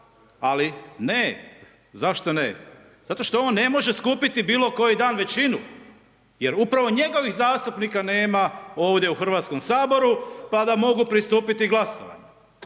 ali ne, zašto ne, zato što on ne može skupiti bilo koji dan većinu, jer upravo njegovih zastupnika nema ovdje u Hrvatskom saboru pa da mogu pristupiti glasovanju.